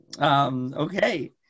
Okay